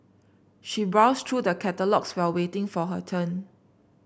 she browsed through the catalogues while waiting for her turn